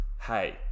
hey